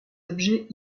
objets